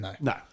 no